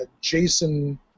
Jason